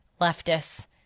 leftists